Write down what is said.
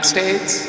States